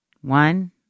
one